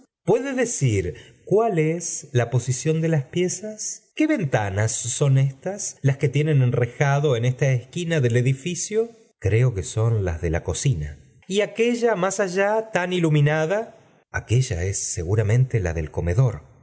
uede decir cual es la posición da las piezas c quó ventanas son éstas las pie tienen enrejado en esta esquina del edificio l eo ue sori o lo cocina y aquella más allá tan iluminada aquella es seguramente la del comedor